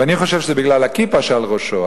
ואני חושב שזה בגלל הכיפה שעל ראשו,